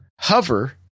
Hover